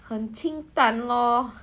很清淡咯